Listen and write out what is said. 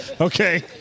okay